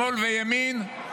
שמאל וימין,